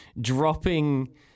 dropping